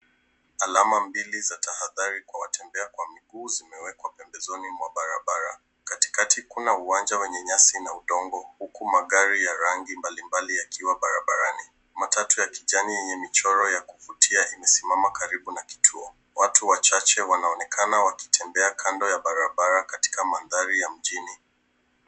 Alama mbili za tahadhari kwa watembea wa miguu zimewekwa pembezoni mwa barabara . Katikati kuna uwanja wenye nyasi na udongo huku magari ya rangi mbalimbali yakiwa barabarani. Matatu ya kijani yenye michoro ya kuvutia imesimama karibu na kituo. Watu wachache wanaonekana wakitembea kando ya barabara katika mandhari ya mjini.